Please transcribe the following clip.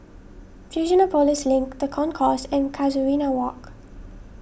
Fusionopolis Link the Concourse and Casuarina Walk